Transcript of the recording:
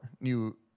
new